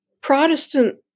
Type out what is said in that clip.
Protestant